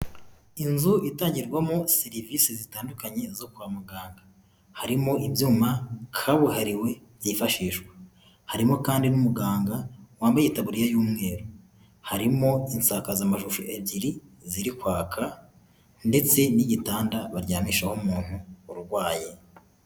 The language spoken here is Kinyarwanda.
Inzu itangirwamo serivisi zitandukanye zo kwa muganga, harimo ibyuma kabuhariwe byifashishwa, harimo kandi n'umuganga wambaye itaburiya y'umweru, harimo insakazamashusho ebyiri ziri kwaka ndetse n'igitanda baryamishaho umuntu urwaye.